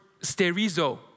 sterizo